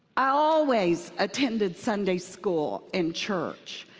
i always attended sunday school and church.